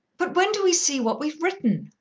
but when do we see what we've written?